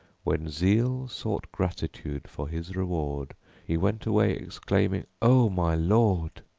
when zeal sought gratitude for his reward he went away exclaiming o my lord!